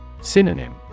Synonym